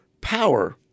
power